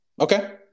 Okay